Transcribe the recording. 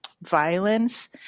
violence